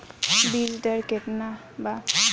बीज दर केतना बा?